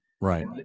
Right